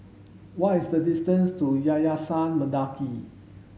what is the distance to Yayasan Mendaki